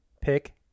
pick